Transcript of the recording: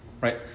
right